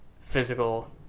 physical